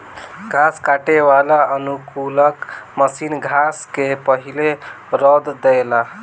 घास काटे वाला अनुकूलक मशीन घास के पहिले रौंद देला